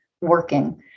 working